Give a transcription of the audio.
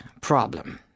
problem